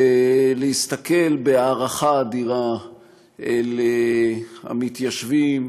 ולהסתכל בהערכה אדירה על המתיישבים,